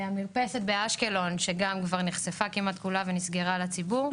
המרפסת באשקלון שגם כבר נחשפה כמעט כולה ונסגרה לציבור.